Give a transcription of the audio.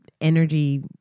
energy